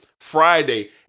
Friday